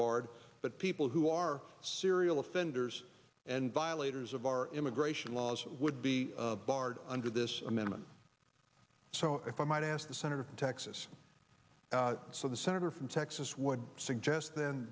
barred but people who are serial offenders and violators of our immigration laws would be barred under this amendment so if i might ask the senator from texas so the senator from texas would suggest then